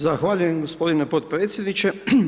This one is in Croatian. Zahvaljujem g. potpredsjedniče.